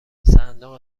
صندوق